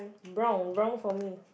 brown brown for me